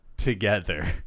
together